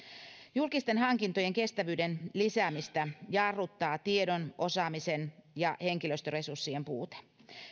julkisten hankintojen kestävyyden lisäämistä jarruttaa tiedon osaamisen ja henkilöstöresurssien puute